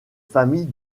famille